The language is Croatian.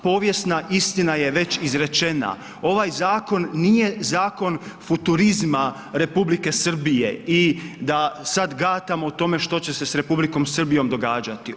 Povijesna istina je već izrečena, ovaj zakon nije zakon futurizma Republike Srbije i da sad gatamo o tome što će se sa Republikom Srbijom događati.